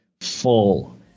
full